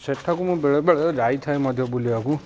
ସେଠାକୁ ମୁଁ ବେଳେବେଳେ ଯାଇଥାଏ ମଧ୍ୟ ବୁଲିବାକୁ